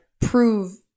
prove